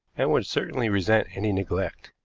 and would certainly resent any neglect.